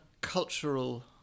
cultural